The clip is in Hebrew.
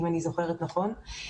אם אני זוכרת נכון.